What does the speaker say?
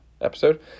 episode